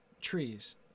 trees